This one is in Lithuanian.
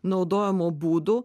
naudojimo būdų